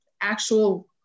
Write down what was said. actual